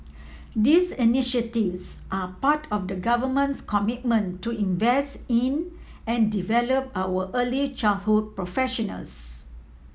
these initiatives are part of the Government's commitment to invest in and develop our early childhood professionals